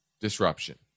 disruption